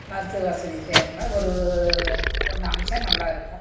மருத்துவ வசதி செய்கிற மாதிரி ஒரு ஒன்று அமைத்தா நல்லா இருக்கும்